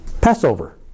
Passover